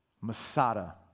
Masada